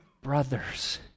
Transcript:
brothers